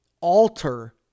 alter